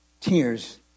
tears